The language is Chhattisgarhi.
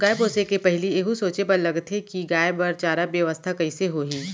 गाय पोसे के पहिली एहू सोचे बर लगथे कि गाय बर चारा बेवस्था कइसे होही